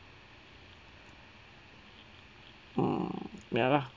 mm ya lah